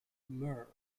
muir